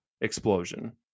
explosion